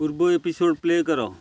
ପୂର୍ବ episode play କର